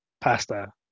pasta